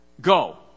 go